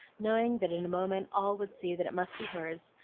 knowing that in a moment all would see that it must be hers,